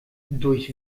durch